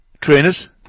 Trainers